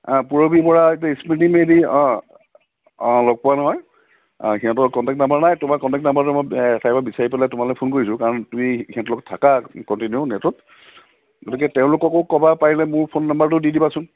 পূৰৱী বৰা এতিটো স্মৃতি মেধি অঁ অঁ লগ পোৱা নহয় সিহঁতৰ কণ্টেক নাম্বাৰ নাই তোমাৰ কণ্টেক নাম্বাৰটো মই এঠাইৰ পৰা বিচাৰি পেলাই তোমালে ফোন কৰিছোঁ কাৰণ তুমি সিহঁতৰ লগক থাকা কণ্টিনিউ নেটত গতিকে তেওঁলোককো কবা পাৰিলে মোৰ ফোন নাম্বাৰটো দি দিবাচোন